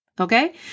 okay